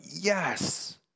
yes